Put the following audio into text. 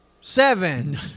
Seven